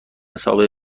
سابقه